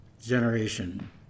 generation